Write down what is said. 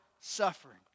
suffering